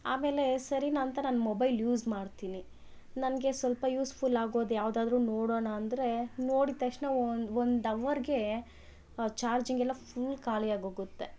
ಆಮೇಲೆ ಸರಿನ ಅಂತ ನಾನು ಮೊಬೈಲ್ ಯೂಸ್ ಮಾಡ್ತೀನಿ ನನಗೆ ಸ್ವಲ್ಪ ಯೂಸ್ ಫುಲ್ ಆಗೋದು ಯಾವ್ದಾದರು ನೋಡೋಣ ಅಂದರೆ ನೋಡಿದ ತಕ್ಷಣ ಒಂದು ಒಂದು ಅವರ್ಗೆ ಚಾರ್ಜಿಂಗೆಲ್ಲ ಫುಲ್ ಖಾಲಿ ಆಗೋಗುತ್ತೆ